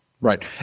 Right